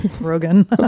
Rogan